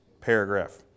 paragraph